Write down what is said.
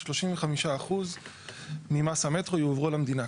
ש-35% ממס המטרו יועברו למדינה.